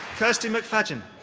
chirsty mcfadyen.